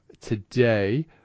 today